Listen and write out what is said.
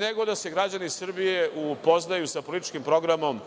nego da se građani Srbije upoznaju sa političkim programom